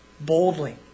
Boldly